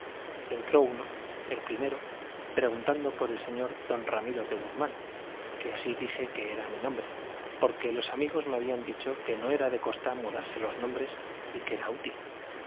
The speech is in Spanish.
entró uno el primero preguntando por el señor don ramiro de guzmán que así dije que era mi nombre porque los amigos me habían dicho que no era de costa mudarse los nombres y que era útil